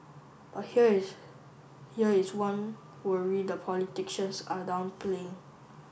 but here is here is one worry the politicians are downplaying